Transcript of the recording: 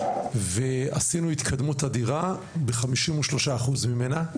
עשינו התקדמות אדירה בכ-53% ממנה,